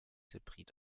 hybrid